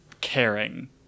caring